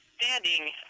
standing